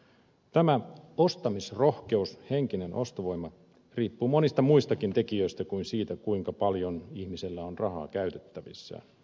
tämä ostamisrohkeus henkinen ostovoima riippuu monista muistakin tekijöistä kuin siitä kuinka paljon ihmisellä on rahaa käytettävissään